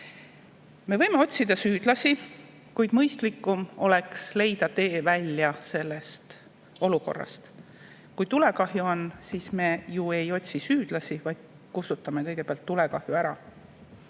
Me võime otsida süüdlasi, kuid mõistlikum oleks leida tee sellest olukorrast välja. Kui tulekahju on käes, siis me ju ei otsi süüdlasi, vaid kustutame kõigepealt tulekahju ära.